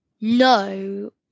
no